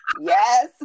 Yes